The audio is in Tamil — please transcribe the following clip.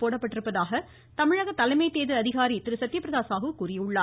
போடப்பட்டுள்ளதாக தமிழக தலைமை தேர்தல் அதிகாரி சத்யபிரத சாகு கூறியுள்ளார்